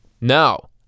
now